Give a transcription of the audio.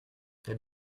êtes